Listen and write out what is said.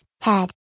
head